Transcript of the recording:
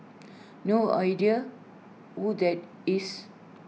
no idea who that is